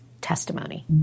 testimony